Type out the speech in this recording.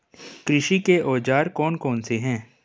कृषि के औजार कौन कौन से हैं?